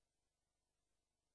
קרו שני דברים.